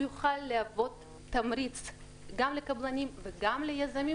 יוכל להוות תמריץ גם לקבלנים וגם ליזמים,